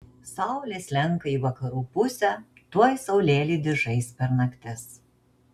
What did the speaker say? saulė slenka į vakarų pusę tuoj saulėlydis žais per naktis